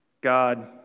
God